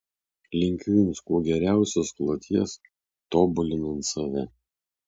linkiu jums kuo geriausios kloties tobulinant save